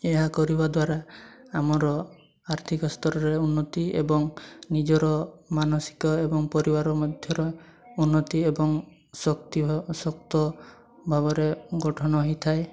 ଏହା କରିବା ଦ୍ୱାରା ଆମର ଆର୍ଥିକ ସ୍ତରରେ ଉନ୍ନତି ଏବଂ ନିଜର ମାନସିକ ଏବଂ ପରିବାର ମଧ୍ୟର ଉନ୍ନତି ଏବଂ ଶକ୍ତ ଭାବରେ ଗଠନ ହୋଇଥାଏ